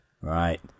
right